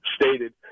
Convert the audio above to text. stated